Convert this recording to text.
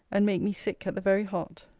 and make me sick at the very heart.